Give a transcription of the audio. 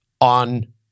on